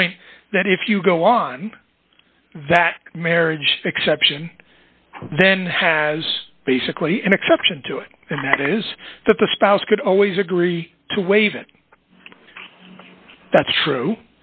point that if you go on that marriage exception then has basically an exception to it and that is that the spouse could always agree to waive it that's true